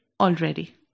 already